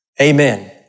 Amen